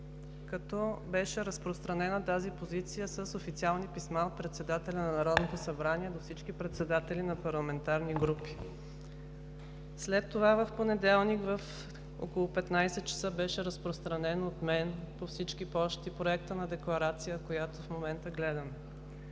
беше разпространена с официални писма от председателя на Народното събрание до всички председатели на парламентарни групи. След това в понеделник около 15,00 ч. беше разпространен от мен по всички пощи Проектът на декларация, която в момента гледаме.